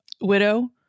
Widow